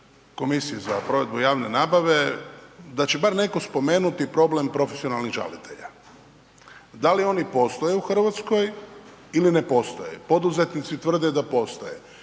komisije za provedbu javne nabave, da će bar netko spomenuti problem profesionalnih žalitelja. Da li oni postoje u Hrvatskoj i li ne postoje. Poduzetnici tvrde da postoje.